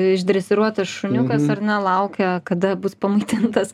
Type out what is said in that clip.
išdresiruotas šuniukas ar ne laukia kada bus pamaitintas